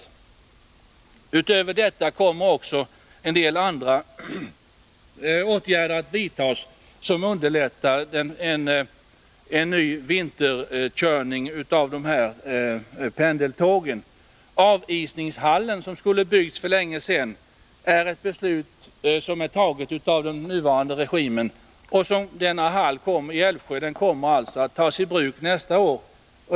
Därutöver kommer en del andra åtgärder att vidtas för att underlätta ytterligare vinterkörning med de här pendeltågen. Exempelvis avisningshal leni Älvsjö, som borde ha byggts för länge sedan, kommer genom beslut som är fattat av den nuvarande regimen att tas i bruk nästa år.